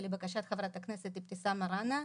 ולבקשת חברת הכנסת אבתיסאם מראענה.